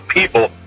people